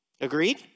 Agreed